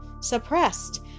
suppressed